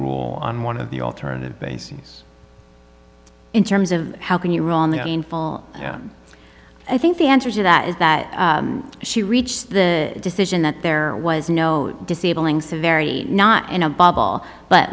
rule on one of the alternative bases in terms of how can you i think the answer to that is that she reached the decision that there was no disabling severity not in a bubble but